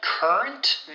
Current